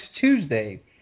Tuesday